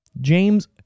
James